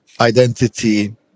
identity